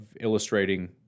illustrating